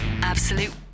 Absolute